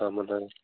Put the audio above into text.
ஆமாண்ணா